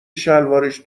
شلوارش